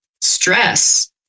stress